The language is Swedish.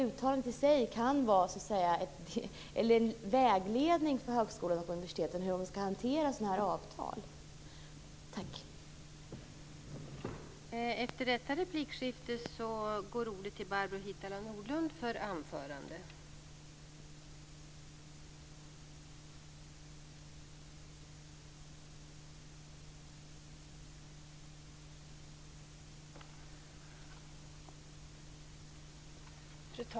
Uttalandet i sig kan så att säga vara en vägledning för hur högskolor och universitet skall hantera sådana här avtal.